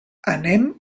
anem